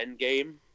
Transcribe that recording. Endgame